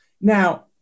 Now